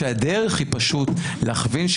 שהדרך היא פשוט להכווין,